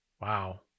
wow